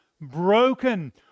broken